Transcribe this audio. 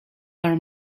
her